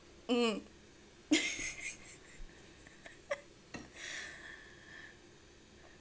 mmhmm